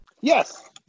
yes